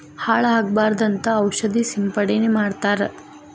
ಹಾಳ ಆಗಬಾರದಂತ ಔಷದ ಸಿಂಪಡಣೆ ಮಾಡ್ತಾರ